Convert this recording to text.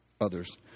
others